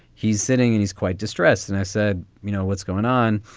he's sitting and he's quite distressed. and i said, you know, what's going on?